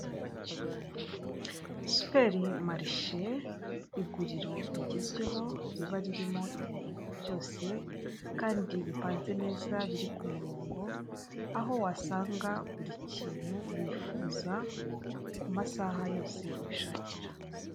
Superi Marishe, iguriro rigezweho, riba ririmo ibintu byose kandi bipanze neza, biri ku murongo, aho wasanga buri kintu wifuza ku masaha yose ubishakira.